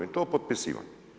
I to potpisivam.